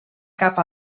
cap